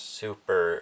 super